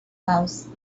house